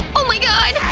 oh my god!